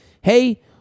Hey